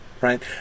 right